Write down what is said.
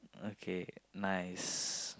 okay nice